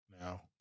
now